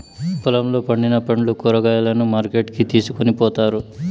పొలంలో పండిన పండ్లు, కూరగాయలను మార్కెట్ కి తీసుకొని పోతారు